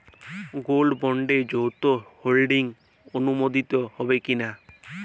Gold বন্ডে যৌথ holding অনুমোদিত হবে কিনা?